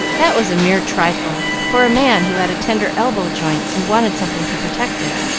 that was a mere trifle for a man who had a tender elbow-joint and wanted something to protect it.